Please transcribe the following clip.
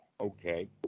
Okay